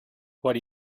what